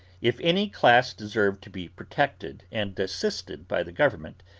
if any class deserve to be protected and assisted by the government,